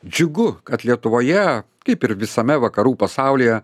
džiugu kad lietuvoje kaip ir visame vakarų pasaulyje